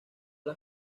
las